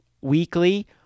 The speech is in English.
weekly